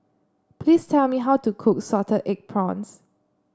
please tell me how to cook Salted Egg Prawns